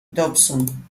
dobson